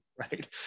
right